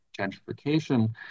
gentrification